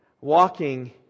walking